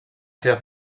seva